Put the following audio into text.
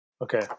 Okay